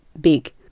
big